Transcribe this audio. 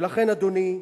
ולכן, אדוני,